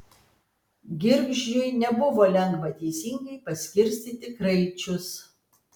girgždžiui nebuvo lengva teisingai paskirstyti kraičius